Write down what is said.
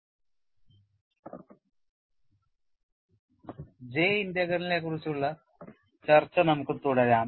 J ഇന്റഗ്രലിനെക്കുറിച്ചുള്ള ചർച്ച നമുക്ക് തുടരാം